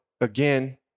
again